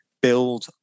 build